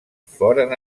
foren